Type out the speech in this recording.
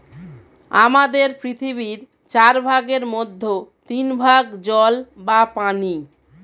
আমাদের পৃথিবীর চার ভাগের মধ্যে তিন ভাগ জল বা পানি